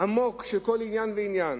עמוק של כל עניין ועניין.